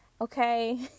okay